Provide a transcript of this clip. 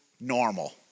normal